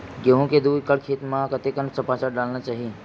गेहूं के दू एकड़ खेती म कतेकन सफाचट डालना चाहि?